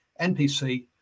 NPC